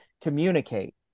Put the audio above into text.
communicate